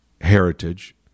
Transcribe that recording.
heritage